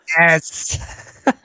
Yes